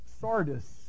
Sardis